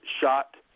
shot